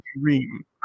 dream